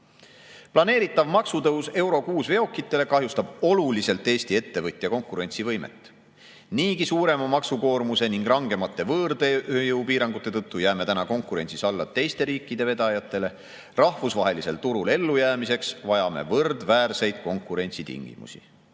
Planeeritav maksutõus EUROVI veokitele kahjustab oluliselt Eesti ettevõtja konkurentsivõimet. Niigi suurema maksukoormuse ning rangemate võõrtööjõupiirangute tõttu jääme täna konkurentsis alla teiste riikide vedajatele, rahvusvahelisel turul ellujäämiseks vajame võrdväärseid konkurentsitingimusi.